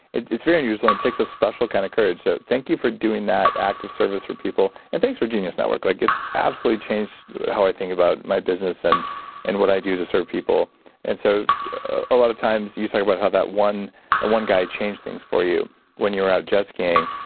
it's it's very unusual and takes a special kind of courage so, thank you for doing that act of service for people and thanks for genius network. like it's absolutely changed how i think about my business and and what i do to serve people and so a lot of times you talk about how that one that one guy changed things for you when you're out jet skiing.